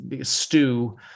stew